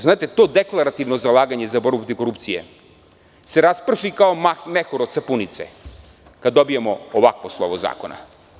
Znate, to deklarativno zalaganje za borbu protiv korupcije se rasprši kao mehur od sapunice kada dobijemo ovakvo slovo zakona.